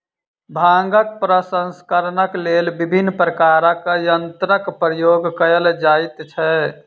भांगक प्रसंस्करणक लेल विभिन्न प्रकारक यंत्रक प्रयोग कयल जाइत छै